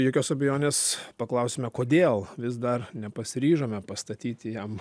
jokios abejonės paklausime kodėl vis dar nepasiryžome pastatyti jam